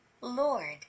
Lord